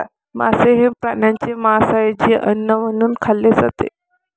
मांस हे प्राण्यांचे मांस आहे जे अन्न म्हणून खाल्ले जाते